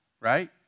right